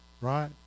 right